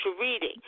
reading